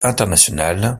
internationale